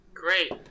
Great